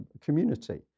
community